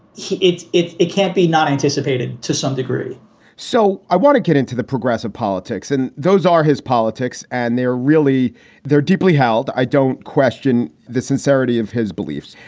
it's it's it can't be not anticipated to some degree so i want to get into the progressive politics. and those are his politics. and they're really they're deeply held. i don't question the sincerity of his beliefs,